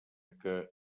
que